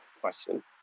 question